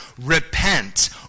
repent